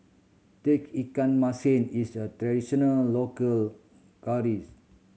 Tauge Ikan Masin is a traditional local